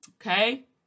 Okay